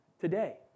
today